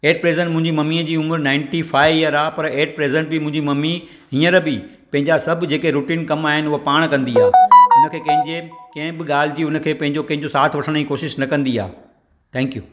at present मुंहिंजी मम्मीअ जी उमिरि नाइन्टी फाई इयर आहे पर ऐट प्रेसैन्ट बि मुंहिंजी मम्मी हींअर बि पंहिंजा सभु जेके रूटीन कम आहिनि उहे पाण कंदी आहे हुनखे कंहिंजे कंहिं बि ॻाल्हि जी हुनखे पंहिंजो कंहिंजो साथु वठण जी कोशिशि न कंदी आहे थैन्क्यू